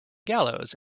gallows